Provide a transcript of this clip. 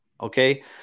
okay